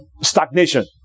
stagnation